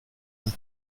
them